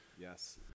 Yes